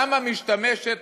למה משתמשת